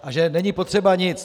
A že není potřeba nic.